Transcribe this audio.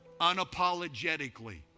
unapologetically